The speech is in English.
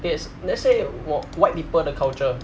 it's let's say w~ white people 的 culture